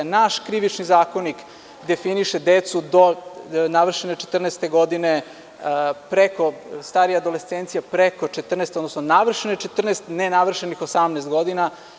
Naš Krivični zakonik definiše decu do navršene 14 godine, starija adolescencija preko 14, odnosno navršene 14, a ne navršenih 18 godina.